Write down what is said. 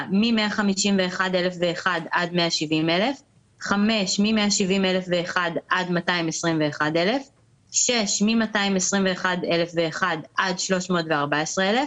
4מ-151,001 עד 170,000 5מ-170,001 עד 221,000 6מ-221,001 עד 314,000